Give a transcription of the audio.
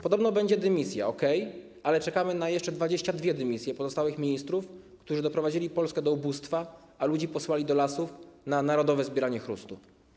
Podobno będzie dymisja - okej, ale czekamy jeszcze na 22 dymisje pozostałych ministrów, którzy doprowadzili Polskę do ubóstwa, a ludzi posłali do lasów na narodowe zbieranie chrustu.